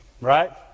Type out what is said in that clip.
Right